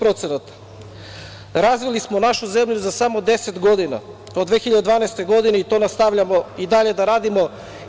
Razvili smo našu zemlju za samo 10 godina, od 2012. godine i to nastavljamo i dalje da radimo.